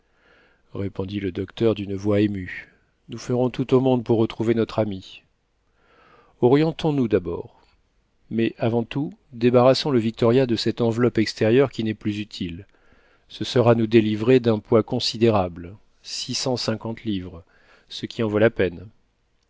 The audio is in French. répondit le docteur d'une voix émue nous ferons tout au monde pour retrouver notre ami orientons nous d'abord mais avant tout débarrassons le victoria de cette enveloppe extérieure qui n'est plus utile ce sera nous délivrer d'un poids considérable six cent cinquante livres ce qui en vaut la peine